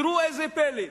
תראו איזה פלא?